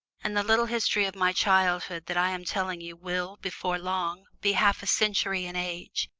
and the little history of my childhood that i am telling you will, before long, be half a century in age,